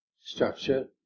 structure